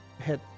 hit